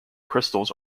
crystals